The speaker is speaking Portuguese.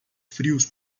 frios